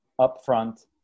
upfront